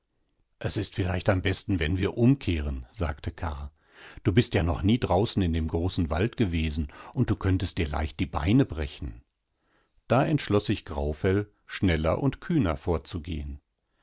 es ist vielleicht am besten wenn wir umkehren sagte karr du bist ja noch nie draußen in dem großen wald gewesen und du könntest dir leicht die beine brechen daentschloßsichgraufell schnellerundkühnervorzugehen karrführtedenelchineinenteildeswaldes